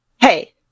hey